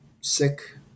sick